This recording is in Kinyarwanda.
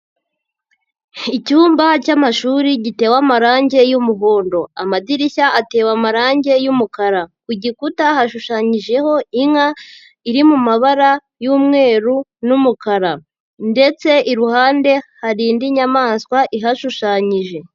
Icyumba cy'amashuri gitewe amarange y'umuhondo. Amadirishya atewe amarange y'umukara. Ku gikuta hashushanyijeho inka iri mabara y'umweru n'umukara ndetse iruhande hari indi nyamaswa ihashushanyije.